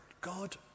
God